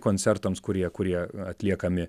koncertams kurie kurie atliekami